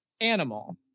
Animal